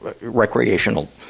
recreational